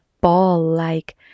ball-like